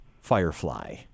Firefly